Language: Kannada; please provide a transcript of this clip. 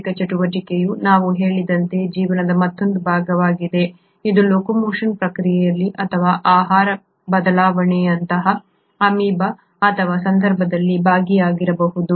ಯಾಂತ್ರಿಕ ಚಟುವಟಿಕೆಯು ನಾವು ಹೇಳಿದಂತೆ ಜೀವನದ ಮತ್ತೊಂದು ಭಾಗವಾಗಿದೆ ಇದು ಲೊಕೊಮೊಷನ್ ಪ್ರಕ್ರಿಯೆಯಲ್ಲಿ ಅಥವಾ ಆಕಾರ ಬದಲಾವಣೆಯಂತಹ ಅಮೀಬಾದ ಈ ಸಂದರ್ಭದಲ್ಲಿ ಭಾಗಿಯಾಗಬಹುದು